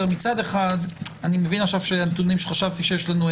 מצד אחד אני מבין שהנתונים שחשבתי שיש לנו,